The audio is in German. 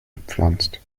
bepflanzt